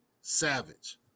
Savage